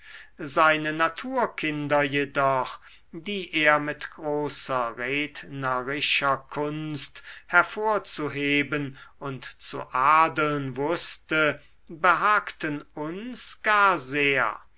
seine naturkinder jedoch die er mit großer rednerischer kunst herauszuheben und zu adeln wußte behagten uns gar sehr